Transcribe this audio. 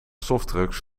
softdrugs